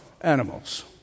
animals